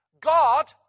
God